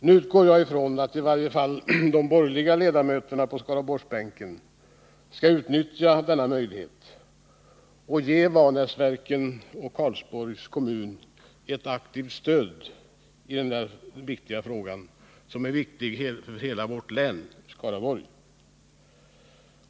Nu utgår jag från att i varje fall de borgerliga ledamöterna på Skaraborgsbänken skall utnyttja denna möjlighet och ge Vanäsverken och Karlsborgs kommun ett aktivt stöd i denna för hela vårt län, Skaraborgs län, viktiga fråga.